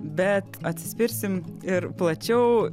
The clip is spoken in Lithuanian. bet atsispirsim ir plačiau